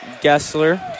Gessler